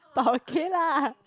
but okay lah